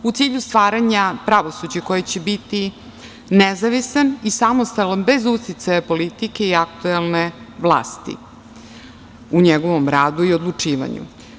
U cilju stvaranja pravosuđa, koje će biti nezavistan i samostalan bez uticaja politike, i aktuelne vlasti, u njegovom radu i odlučivanju.